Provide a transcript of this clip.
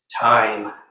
time